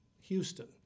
Houston